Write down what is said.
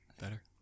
better